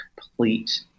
complete